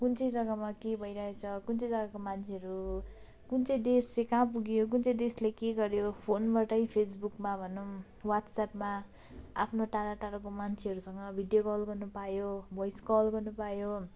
कुन चाहिँ जगामा के भइरहेको छ कुन चाहिँ जगाको मान्छेहरू कुन चाहिँ देश चाहिँ कहाँ पुग्यो कुन चाहिँ देशले के गर्यो फोनबाटै फेसबुकमा भनौँ वाट्सएपमा आफ्नो टाढा टाढाको मान्छेहरूसँग भिडियो कल गर्नु पायो भोइस कल गर्नु पायो